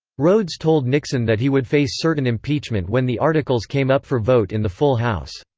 rhodes told nixon that he would face certain impeachment when the articles came up for vote in the full house.